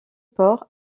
port